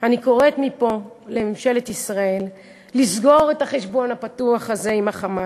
אני קוראת מפה לממשלת ישראל לסגור את החשבון הפתוח הזה עם ה"חמאס"